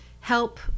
help